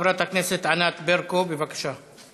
חברת הכנסת ענת ברקו, בבקשה.